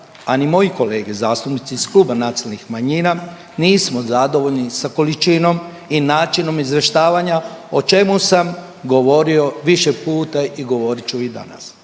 a ni moji kolege zastupnici iz Kluba nacionalnih manjina nismo zadovoljni sa količinom i načinom izvještavanja, o čemu sam govorio više puta i govorit ću i danas.